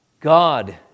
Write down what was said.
God